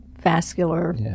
vascular